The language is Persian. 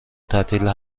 تعطیل